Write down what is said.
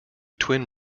twin